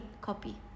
copy